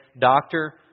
doctor